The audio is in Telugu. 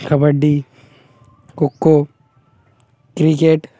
కబడ్డీ ఖోఖో క్రికెట్